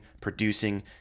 producing